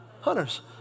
hunters